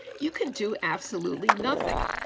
you can do absolutely nothing.